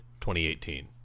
2018